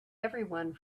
everyone